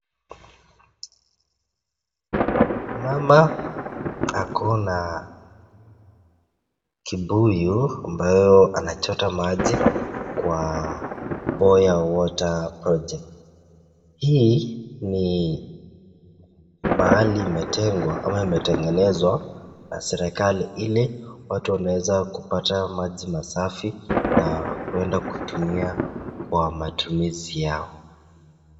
Mama ako na kibuyu ambayo anachota maji kwa boya water project .Hii ni mahali imetengwa ama imetengenezwa na serekali ili watu wanaweza kupata maji masafi na kwenda kutumia kwa matumizi yao.